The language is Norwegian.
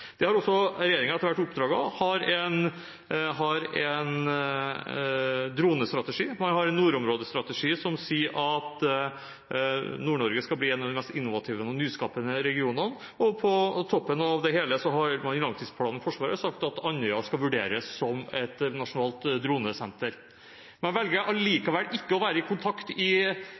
Det har også regjeringen etter hvert oppdaget. Man har en dronestrategi, og man har en nordområdestrategi som sier at Nord-Norge skal bli en av de mest innovative og nyskapende regionene. På toppen av det hele har man i langtidsplanen for Forsvaret sagt at Andøya skal vurderes som et nasjonalt dronesenter. Man velger allikevel ikke å ta kontakt